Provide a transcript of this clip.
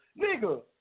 Nigga